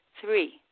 Three